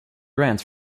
grants